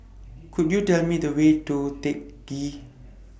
Could YOU Tell Me The Way to Teck Ghee